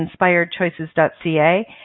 inspiredchoices.ca